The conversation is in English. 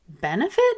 benefit